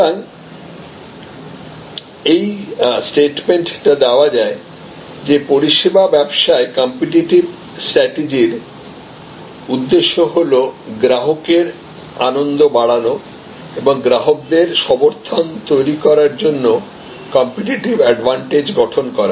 সুতরাং এই স্টেটমেন্ট টা দেওয়া যায় যে পরিষেবা ব্যবসায়ে কম্পিটিটিভ স্ট্রাটেজির উদ্দেশ্য হল গ্রাহকদের আনন্দ বাড়ানো এবং গ্রাহকদের সমর্থন তৈরি করার জন্য কম্পিটিটিভ অ্যাডভান্টেজ গঠন করা